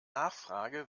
nachfrage